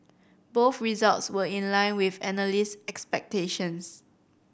both results were in line with analyst expectations